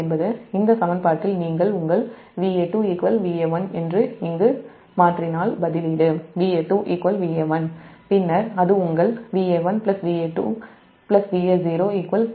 என்பது இந்த சமன்பாட்டில் உங்கள் Va2 Va1 என்று இங்கே மாற்றினால் பதிலீடு Va2 Va1 பின்னர் அது Va1 Va1 Va0 0 அதாவது Va1 Va2